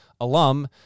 alum